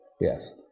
Yes